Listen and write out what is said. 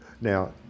now